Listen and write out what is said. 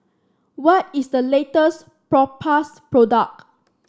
what is the latest Propass product